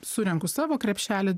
surenku savo krepšelį